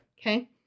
Okay